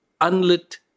unlit